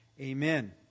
Amen